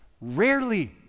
Rarely